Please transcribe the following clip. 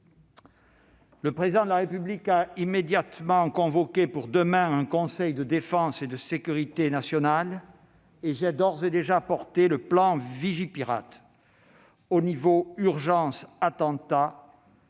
Le Président de la République a immédiatement convoqué pour demain un conseil de défense et de sécurité nationale, et j'ai d'ores et déjà porté le plan Vigipirate au niveau « urgence attentat